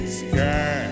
sky